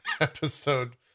episode